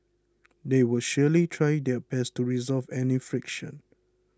they will surely try their best to resolve any friction